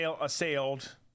assailed